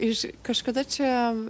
iš kažkada čia